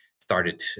started